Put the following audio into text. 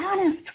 honest